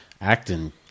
acting